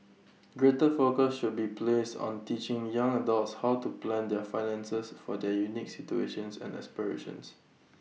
greater focus should be placed on teaching young adults how to plan their finances for their unique situations and aspirations